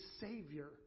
savior